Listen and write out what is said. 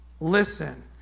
listen